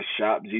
shop